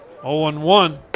0-1-1